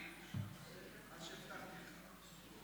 ואני שואל אותה מה בכוונתה לעשות.